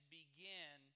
begin